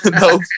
no